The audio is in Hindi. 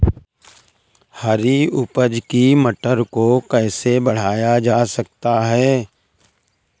हरी मटर की उपज को कैसे बढ़ाया जा सकता है?